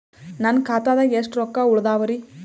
ನನ್ನ ಖಾತಾದಾಗ ಎಷ್ಟ ರೊಕ್ಕ ಉಳದಾವರಿ?